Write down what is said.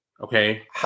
Okay